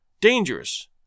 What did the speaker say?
dangerous